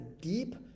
deep